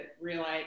realize